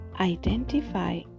Identify